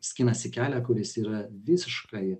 skinasi kelią kuris yra visiškai